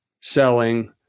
selling